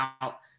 out